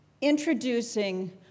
introducing